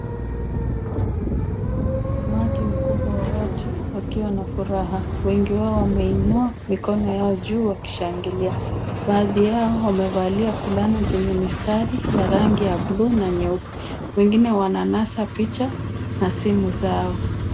Umati mkubwa wa watu wakiwa na furaha . Wengi wao wameinua mikono yao juu wakishangilia, baadhi yao wamevalia fulana zenye mistari ya rangi ya buluu na nyeupe. Wengine wananasa picha na simu zao.